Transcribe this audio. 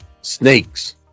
snakes